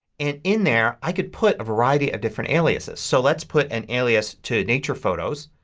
and in there i can put a variety of different aliases. so let's put an alias to nature photos.